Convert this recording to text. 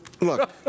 look